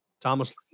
Thomas